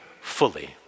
fully